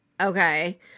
okay